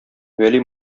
вәли